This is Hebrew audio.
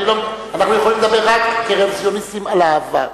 אנחנו יכולים לדבר רק כרוויזיוניסטים על העבר.